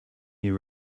year